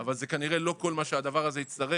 אבל זה כנראה לא כל מה שהדבר הזה יצטרך